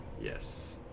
Yes